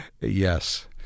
Yes